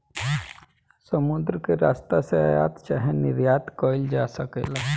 समुद्र के रस्ता से आयात चाहे निर्यात कईल जा सकेला